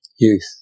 youth